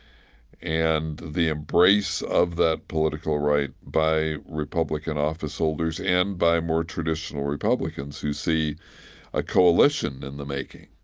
and the embrace of that political right by republican officeholders and by more traditional republicans who see a coalition in the making.